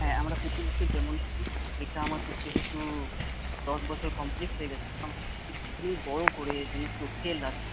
হ্যাঁ আমরা প্রতি বছর যেমন করি এটা আমাদের যেহেতু দশ বছর কমপ্লিট হয়ে গেছে আমরা চাইছি একটু বড়ো করে যেন চোখে লাগে